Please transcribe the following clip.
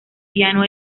piano